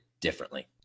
differently